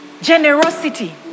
Generosity